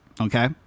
Okay